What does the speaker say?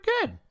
good